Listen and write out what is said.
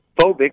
phobic